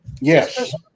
Yes